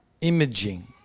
imaging